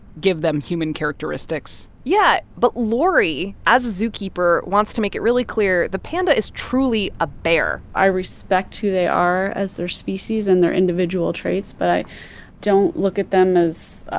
give them human characteristics yeah. but laurie, as a zookeeper, wants to make it really clear the panda is truly a bear i respect who they are as their species and their individual traits, but i don't look at them as,